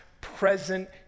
present